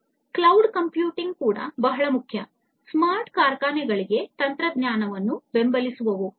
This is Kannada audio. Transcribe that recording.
ಕ್ಲೌಡ್ ಕಂಪ್ಯೂಟಿಂಗ್ ಕೂಡ ಬಹಳ ಮುಖ್ಯ ಇವು ಸ್ಮಾರ್ಟ್ ಕಾರ್ಖಾನೆಗಳಿಗೆ ತಂತ್ರಜ್ಞಾನಗಳನ್ನು ಬೆಂಬಲಿಸುವವು